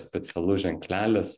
specialus ženklelis